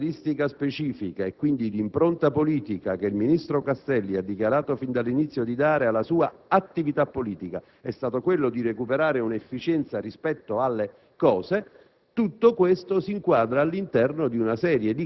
audizione. Se la caratteristica specifica e quindi l'impronta politica che il ministro Castelli ha dichiarato fin dall'inizio di dare alla sua attività politica è stata quella di recuperare efficienza, e tutto questo